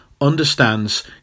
understands